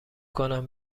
کنم